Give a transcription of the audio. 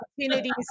opportunities